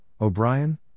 O'Brien